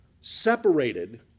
separated